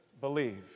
believe